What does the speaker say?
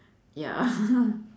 ya